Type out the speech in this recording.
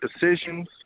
decisions